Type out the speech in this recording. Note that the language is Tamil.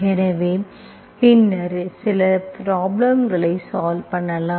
எனவே பின்னர் சில ப்ரோப்லேம்களை சால்வ் பண்ணலாம்